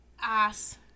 Ass